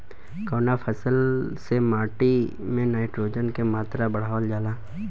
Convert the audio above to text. कवना फसल से माटी में नाइट्रोजन के मात्रा बढ़ावल जाला?